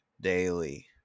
daily